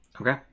Okay